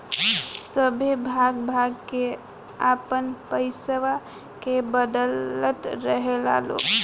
सभे भाग भाग के आपन पइसवा के बदलत रहेला लोग